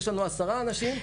יש לנו עשרה אנשים בכלא.